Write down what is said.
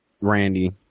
Randy